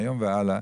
מהיום והלאה